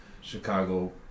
chicago